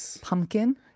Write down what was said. pumpkin